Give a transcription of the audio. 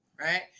right